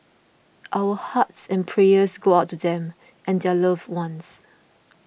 our hearts and prayers go out to them and their loved ones